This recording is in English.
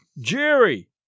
Jerry